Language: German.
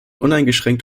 uneingeschränkt